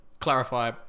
clarify